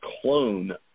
clone